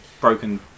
broken